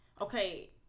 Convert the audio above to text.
Okay